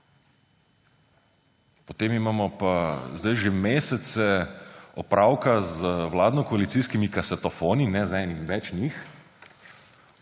Potem imamo pa zdaj že mesece opravka z vladnokoalicijskimi kasetofoni, ne z enim, več njih,